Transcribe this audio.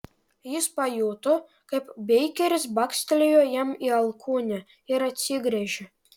jis pajuto kaip beikeris bakstelėjo jam į alkūnę ir atsigręžė